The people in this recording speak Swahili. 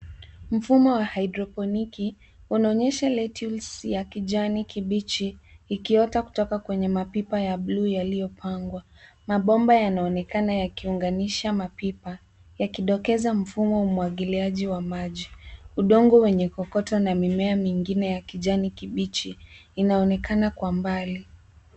Mfumo wa haidroponiki unaonyesha lettuce ya kijani kibichi ikiota kutoka kwenye mapipa ya bluu yaliyopangwa. Mabomba yanaonekana yakiunganisha mapipa yakidokeza mfumo wa umwagiliaji wa maji. Udongo wenye kokoto na mimea mingine ya kijani kibichi inaonekana kwa mbali.